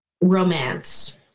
romance